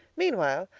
meanwhile,